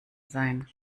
sein